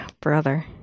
Brother